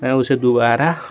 मैं उसे दोबारा